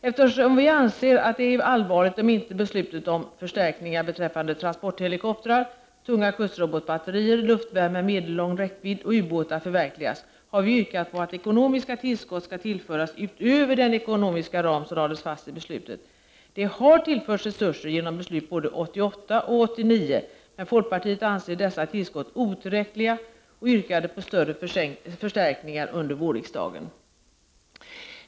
Eftersom vi anser att det är allvarligt om inte besluten om förstärkningar beträffande transporthelikoptrar, tunga kustrobotbatterier, luftvärn med medellång räckvidd och ubåtar förverkligas har vi yrkat på att ekonomiska tillskott skall tillföras utöver den ekonomiska ram som lades fast i beslutet. Det har tillförts resurser genom beslut både 1988 och 1989, men folkpartiet anser dessa tillskott otillräckliga och yrkade på större förstärkningar under vårriksdagen.